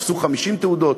תפסו 50 תעודות,